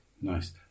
Nice